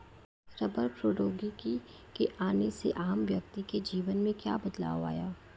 रबड़ प्रौद्योगिकी के आने से आम व्यक्ति के जीवन में क्या बदलाव आया?